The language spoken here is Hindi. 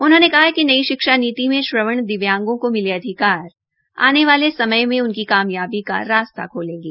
उन्होंने कहा कि नई शिक्षा नीति में श्रवण दिव्यांगों का मिले अधिकार आने वाले समय मे उनकी कामयाबी का रास्ता खोलेंगे